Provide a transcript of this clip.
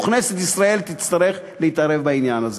וכנסת ישראל תצטרך להתערב בעניין הזה.